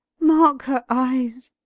marke her eyes?